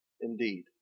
indeed